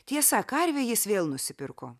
tiesa karvę jis vėl nusipirko